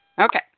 Okay